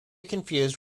confused